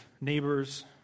neighbors